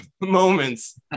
moments